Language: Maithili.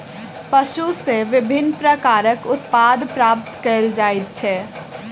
पशु सॅ विभिन्न प्रकारक उत्पाद प्राप्त कयल जाइत छै